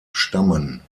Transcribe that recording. stammen